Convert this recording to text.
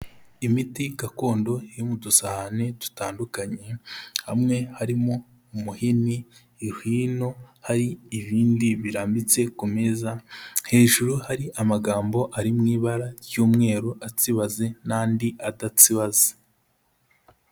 Imiti gakondo iri mu dusahani dutandukanye, hamwe harimo umuhini, ihwino, hari ibindi birambitse ku meza, hejuru hari amagambo ari mu ibara ry'umweru atsibaze n'andi adatsibaza.